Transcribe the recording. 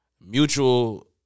mutual